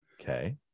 Okay